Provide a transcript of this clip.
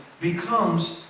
becomes